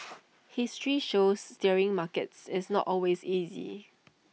history shows steering markets is not always easy